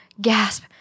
gasp